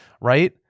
right